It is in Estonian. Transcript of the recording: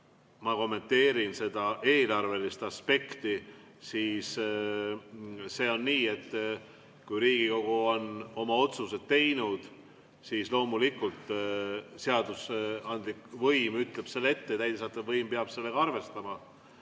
ma kommenteerin eelarvelist aspekti. Sellega on nii, et kui Riigikogu on oma otsuse teinud, siis loomulikult seadusandlik võim ütleb selle ette ja täidesaatev võim peab sellega arvestama.